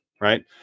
right